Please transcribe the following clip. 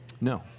No